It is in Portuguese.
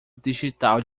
digital